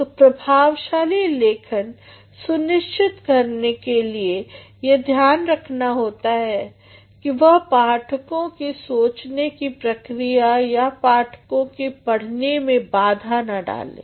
तो प्रभावशाली लेखन सुनिश्चित करने के लिए ये ध्यान रखना होता है कि वह पाठकों की सोचने के प्रक्रिया या पाठकों के पढ़ने में बाधा न डाले